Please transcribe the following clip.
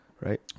Right